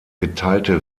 geteilte